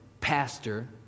pastor